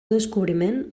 descobriment